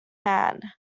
can